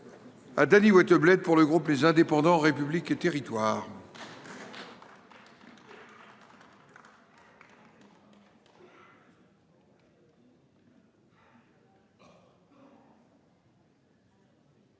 À Dali Wattebled pour le groupe les indépendants République et Territoires.